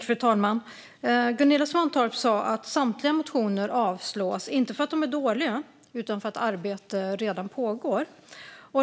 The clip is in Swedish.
Fru talman! Gunilla Svantorp sa att samtliga motioner avslås, inte därför att de är dåliga utan därför att arbete redan pågår.